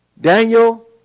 Daniel